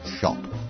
shop